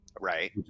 Right